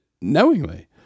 knowingly